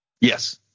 Yes